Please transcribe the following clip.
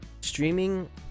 streaming